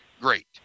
Great